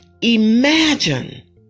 Imagine